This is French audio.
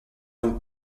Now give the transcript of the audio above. donc